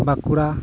Bankura